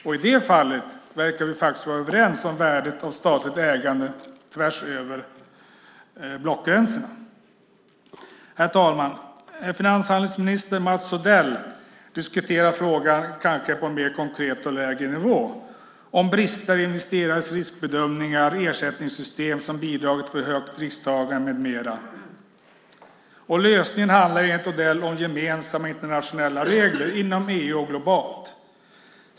I det fallet verkar vi faktiskt också vara överens tvärsöver blockgränserna om värdet av statligt ägande. Herr talman! Finanshandelsminister Mats Odell diskuterar frågan på en lägre och kanske mer konkret nivå. Han talar om brister i investerares riskbedömningar, ersättningssystem som bidragit till för högt risktagande med mera. Lösningen handlar enligt Odell om gemensamma, internationella regler, inom EU och globalt.